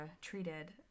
treated